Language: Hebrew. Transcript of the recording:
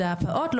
ד"ר יפעת שאשא